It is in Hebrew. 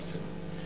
זה בסדר.